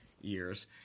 years